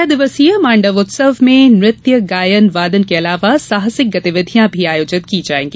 छह दिवसीय माण्डव उत्सव के दौरान नृत्य गायन वादन के अलावा साहसिक गतिविधियां भी आयोजित की जायेंगी